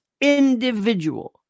individual